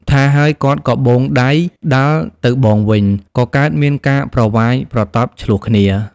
ថាហើយ គាត់ក៏បូងដៃដាល់ទៅបងវិញ ក៏កើតមានការប្រវាយប្រតប់ឈ្លោះគ្នា។